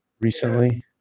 recently